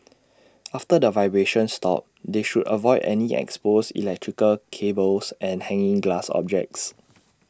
after the vibrations stop they should avoid any exposed electrical cables and hanging glass objects